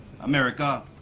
America